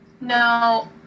No